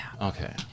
Okay